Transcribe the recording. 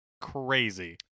crazy